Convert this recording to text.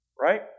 right